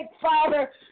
Father